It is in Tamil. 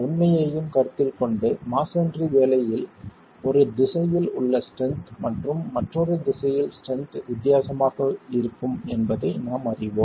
உண்மையையும் கருத்தில் கொண்டு மஸோன்றி வேலையில் ஒரு திசையில் உள்ள ஸ்ட்ரென்த் மற்றும் மற்றொரு திசையில் ஸ்ட்ரென்த் வித்தியாசமாக இருக்கும் என்பதை நாம் அறிவோம்